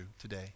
today